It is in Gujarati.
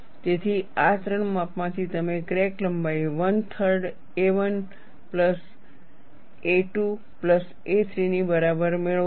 તેથી આ 3 માપોમાંથી તમે ક્રેક લંબાઈ 13 a1 plus a2 plus a3 ની બરાબર મેળવો છો